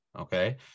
Okay